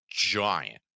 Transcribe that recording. giant